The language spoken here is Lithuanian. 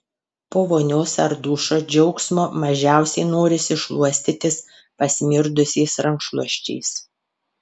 po vonios ar dušo džiaugsmo mažiausiai norisi šluostytis pasmirdusiais rankšluosčiais